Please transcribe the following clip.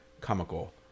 Comical